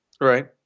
Right